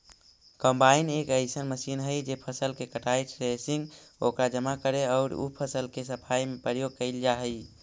combine एक अइसन machine हई जे फसल के कटाई, थ्रेसिंग, ओकरा जमा करे औउर उ फसल के सफाई में प्रयोग कईल जा हई